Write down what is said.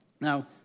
now